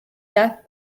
death